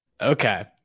Okay